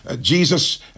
Jesus